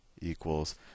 equals